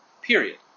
period